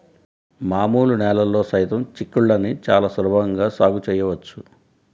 మామూలు నేలల్లో సైతం చిక్కుళ్ళని చాలా సులభంగా సాగు చేయవచ్చు